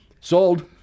Sold